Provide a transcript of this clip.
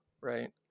right